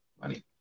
money